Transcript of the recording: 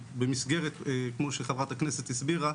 כמו שחברת הכנסת הסבירה,